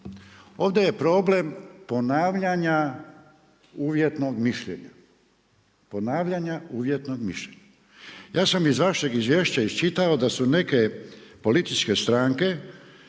Ovdje je problem ponavljanja uvjetnog mišljenja. Ja sam iz vašeg izvješća iščitao da su neke političke stranke